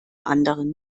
anderen